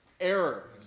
error